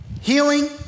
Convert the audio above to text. Healing